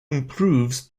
improves